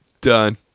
Done